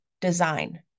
design